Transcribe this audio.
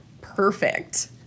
Perfect